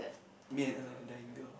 me and another dying girl